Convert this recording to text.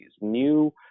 new